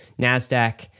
NASDAQ